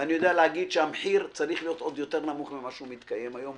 ואני יודע להגיד שהמחיר צריך להיות עוד יותר נמוך ממה שהוא מתקיים היום,